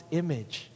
image